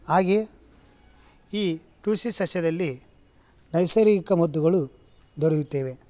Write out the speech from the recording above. ಹಾಗೆ ಈ ತುಳಸಿ ಸಸ್ಯದಲ್ಲಿ ನೈಸರ್ಗಿಕ ಮದ್ದುಗಳು ದೊರೆಯುತ್ತವೆ